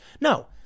No